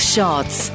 Shots